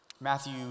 Matthew